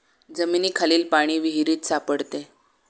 जमिनीखालील पाणी विहिरीत सापडते